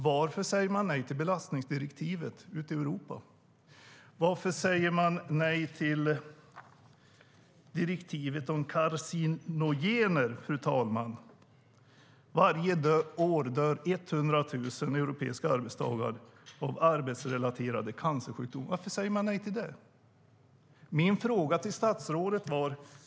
Varför säger man nej till belastningsdirektivet i Europa? Varför säger man nej till direktivet om karcinogener, fru talman? Varje år dör 100 000 europeiska arbetstagare av arbetsrelaterade cancersjukdomar. Varför säger man nej till det direktivet?